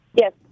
Yes